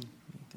זה